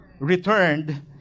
returned